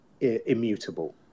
immutable